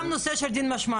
גם הנושא של דין משמעתי,